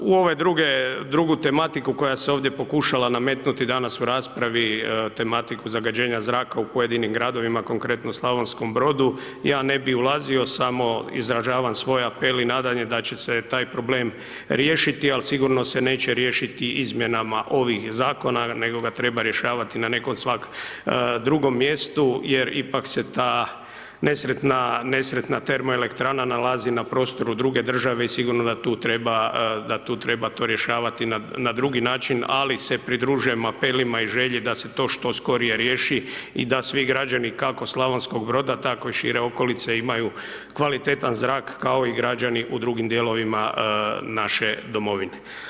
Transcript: U ove druge, drugu tematiku koja se ovdje pokušala nametnuti danas u raspravi, tematiku zagađenja zraka u pojedinim gradovima konkretno Slavonskom Brodu, ja ne bi ulazio samo izražavam svoj apel i nadanje da će se taj problem rještiti, al sigurno se neće riješiti izmjenama ovih zakona, nego ga treba rješavati na nekom svak drugom mjestu, jer ipak se ta nesretna, nesretna termoelektrana nalazi na prostoru druge države i sigurno da tu treba, da tu treba to rješavati na drugi način ali se pridružujem apelima i želji da se to što skorije riješi i da svi građani kako Slavonskog Broda tako i šire okolice imaju kvalitetan zrak, kao i građani u drugim dijelovima naše domovine.